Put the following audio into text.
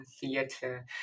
theater